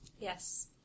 Yes